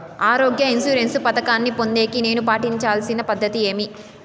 ఆరోగ్య ఇన్సూరెన్సు పథకాన్ని పొందేకి నేను పాటించాల్సిన పద్ధతి ఏమి?